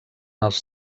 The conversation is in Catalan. els